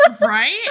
right